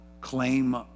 claim